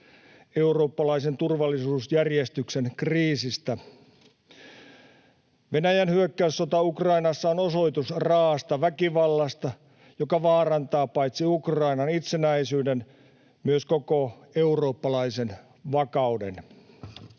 eurooppalaisen turvallisuusjärjestyksen kriisistä. Venäjän hyökkäyssota Ukrainassa on osoitus raa’asta väkivallasta, joka vaarantaa paitsi Ukrainan itsenäisyyden myös koko eurooppalaisen vakauden.